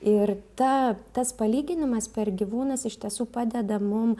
ir ta tas palyginimas per gyvūnus iš tiesų padeda mum